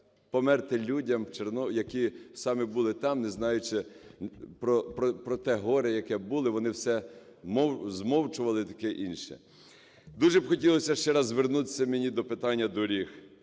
померти людям, які саме були там, не знаючи про те горе, яке було, вони все змовчували і таке інше. Дуже хотілося ще раз звернутися мені до питання доріг.